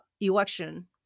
election